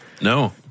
No